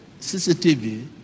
CCTV